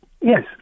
Yes